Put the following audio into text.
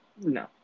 No